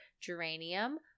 geranium